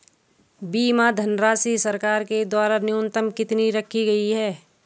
बीमा धनराशि सरकार के द्वारा न्यूनतम कितनी रखी गई है?